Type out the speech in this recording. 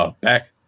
back